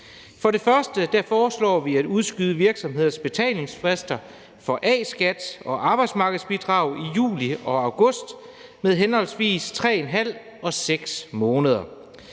For det første foreslår vi at udskyde virksomheders betalingsfrister for A-skat og arbejdsmarkedsbidrag i juli og august med henholdsvis 3½ måned og 6 måneder.